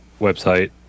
website